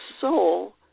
soul